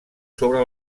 sobre